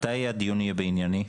מתי הדיון יהיה בענייני?